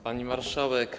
Pani Marszałek!